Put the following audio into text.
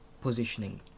positioning